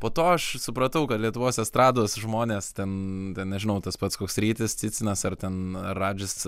po to aš supratau kad lietuvos estrados žmonės ten ten nežinau tas pats koks rytis cicinas ar ten radžis